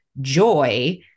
joy